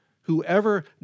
whoever